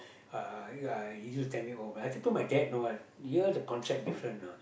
uh uh he used tell me oh when I talk to my dad no I here the contract different know